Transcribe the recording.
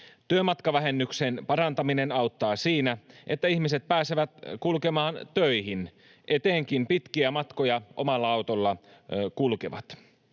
Työmatkavähennyksen parantaminen auttaa siinä, että ihmiset pääsevät kulkemaan töihin, etenkin pitkiä matkoja omalla autolla kulkevat.